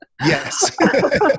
Yes